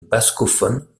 bascophone